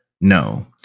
No